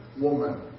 woman